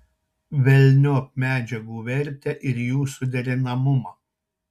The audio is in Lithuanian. velniop medžiagų vertę ir jų suderinamumą